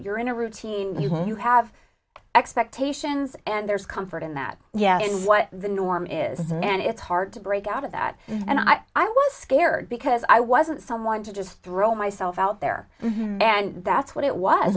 you're in a routine you have expectations and there's comfort in that yeah it's what the norm is and it's hard to break out of that and i i was scared because i wasn't someone to just throw myself out there and that's what it was